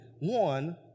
one